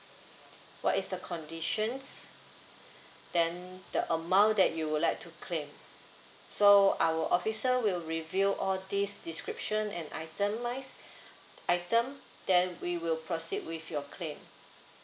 what is the conditions then the amount that you would like to claim so our officer will review all these descriptions and itemize item then we will proceed with your claim